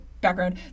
background